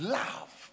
love